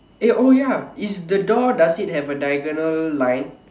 eh oh ya is the door does it have a diagonal line